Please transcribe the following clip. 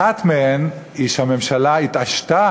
אחת מהן היא שהממשלה התעשתה